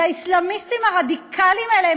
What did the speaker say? זה האסלאמיסטים הרדיקליים האלה,